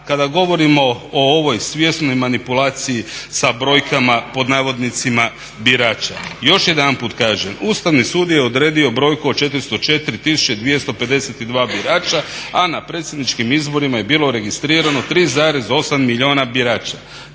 kada govorimo o ovoj svjesnoj manipulaciji sa brojkama pod navodnicima "birača" još jedanput kažem Ustavni sud je odredio brojku od 404 tisuće 252 birača, a na predsjedničkim izborima je bilo registrirano 3,8 milijuna birača.